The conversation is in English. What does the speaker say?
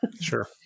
Sure